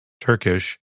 Turkish